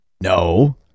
No